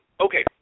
okay